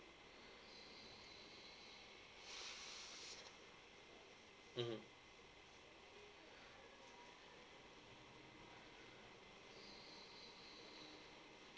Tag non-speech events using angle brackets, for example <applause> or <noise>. <breath> mmhmm